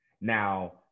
Now